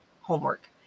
homework